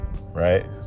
Right